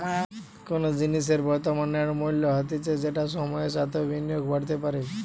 কোনো জিনিসের বর্তমান নেট মূল্য হতিছে যেটা সময়ের সাথেও বিনিয়োগে বাড়তে পারে